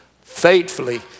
faithfully